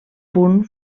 punt